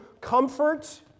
comfort